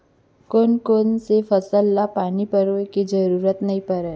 कोन कोन से फसल ला पानी पलोय के जरूरत नई परय?